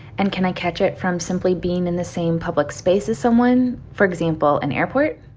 and can i catch it from simply being in the same public space as someone for example, an airport?